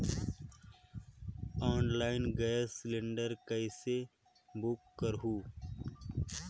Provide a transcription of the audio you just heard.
Online gas cylinder कइसे book करहु?